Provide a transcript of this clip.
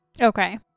Okay